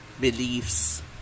beliefs